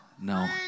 no